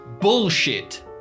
bullshit